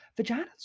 vaginas